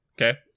okay